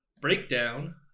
breakdown